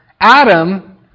Adam